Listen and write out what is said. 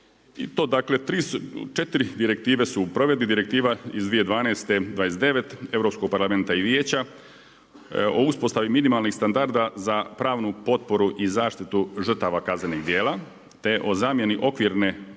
EU-a. Četiri direktive su u provedbi, Direktiva iz 2012. br. 29, Europskog parlamenta i Vijeća, o uspostavi minimalnih standarda za pravnu potporu i zaštitu žrtva kaznenog djela, te o zamjeni okvirne